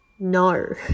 No